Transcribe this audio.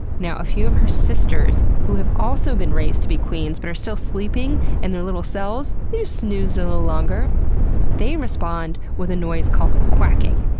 now, a few of her sisters who have also been raised to be queens, but are still sleeping in and their little cells they just snoozed a little longer they respond with a noise called, quacking.